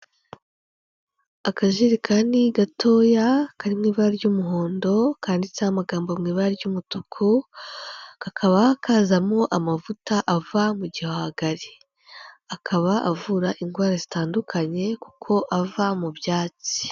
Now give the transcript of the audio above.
Akajerekani gatoya kari mu ibara ry'umuhondo kanditseho amagambo mu ibara ry'umutuku, kakaba kazamo amavuta ava mu gihwagari, akaba avura indwara zitandukanye kuko ava mu byatsi